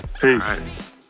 Peace